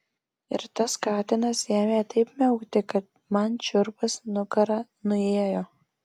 ir tas katinas ėmė taip miaukti kad man šiurpas nugara nuėjo